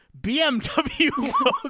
BMW